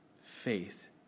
faith